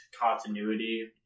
continuity